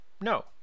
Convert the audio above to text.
No